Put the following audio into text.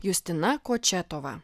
justina kočetova